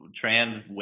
trans